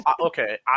okay